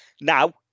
Now